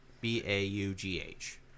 B-A-U-G-H